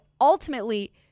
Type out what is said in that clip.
ultimately